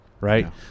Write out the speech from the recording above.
right